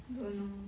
don't know